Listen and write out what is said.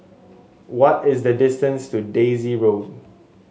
what is the distance to Daisy Road